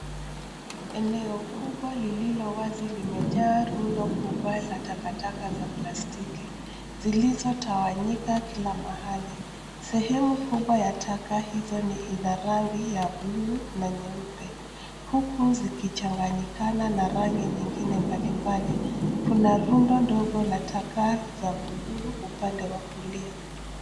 Eneo kubwa lililo wazi limejaa rundo kubwa la takataka za plastiki zilizo tawanyika kila mahali. Sehemu kubwa ya taka hizo inarangi ya buluu na nyeupe huku zikichanganyikana na rangi zingine mbalimbali. Kuna rundo ndogo la taka za buluu upande wa kulia.